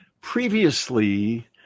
previously